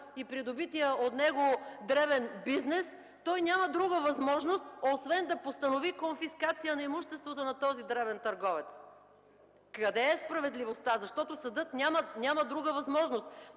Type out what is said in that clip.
и придобитият от него дребен бизнес), той няма друга възможност, освен да постанови конфискация на имуществото на този дребен търговец? Къде е справедливостта, защото съдът няма друга възможност?